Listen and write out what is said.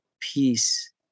peace